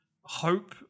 hope